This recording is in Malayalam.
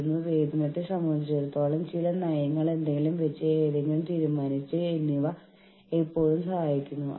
തത്വത്തിൽ ഒരു യൂണിയൻ സംഘടനയ്ക്കെതിരെ പ്രവർത്തിക്കുന്നില്ല